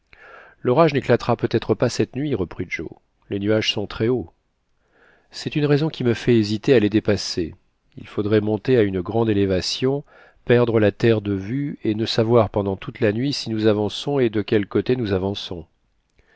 l'orage n'éclatera peut-être cette nuit reprit joe les nuages sont très haut c'est une raison qui me fait hésiter à les dépasser il faudrait monter à une grande élévation perdre la terre de vue et ne savoir pendant toute la nuit si nous avançons et de quel côté nous avançons